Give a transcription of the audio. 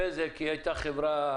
בזק הרי הייתה חברה